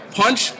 punch